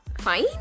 fine